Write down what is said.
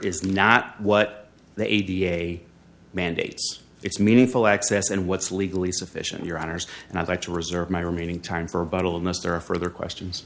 is not what they mandates it's meaningful access and what's legally sufficient your honour's and i'd like to reserve my remaining time for a bottle of mr further questions